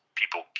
people